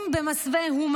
עזה,